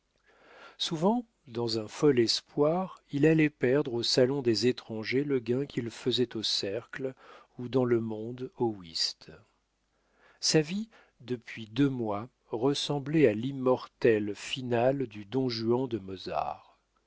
souvent dans un fol espoir il allait perdre au salon des étrangers le gain qu'il faisait au cercle ou dans le monde au whist sa vie depuis deux mois ressemblait à l'immortel finale du don juan de mozart